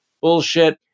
Bullshit